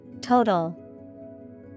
Total